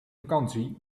vakantie